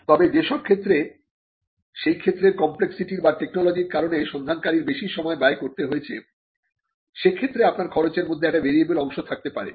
তবে যে সব ক্ষেত্রে সেই ক্ষেত্রের কম্প্লেক্সিটির বা টেকনোলজির কারণে সন্ধানকারীর বেশি সময় ব্যয় করতে হয়েছে সেক্ষেত্রে আপনার খরচ এর মধ্যে একটা ভেরিয়েবল অংশ থাকতে পারে